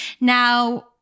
now